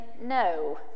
no